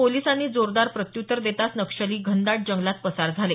पोलिसांनी जोरदार प्रत्यूत्तर देताच नक्षली घनदाट जंगलात पसार झाले